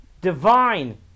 divine